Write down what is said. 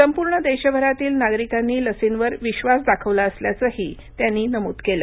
संपूर्ण देशभरातील नागरिकांनी लर्सीवर विश्वास दाखवला असल्याचंही त्यांनी नमूद केलं